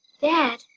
Dad